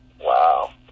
Wow